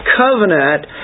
covenant